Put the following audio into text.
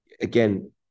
Again